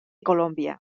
colòmbia